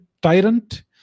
tyrant